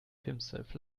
himself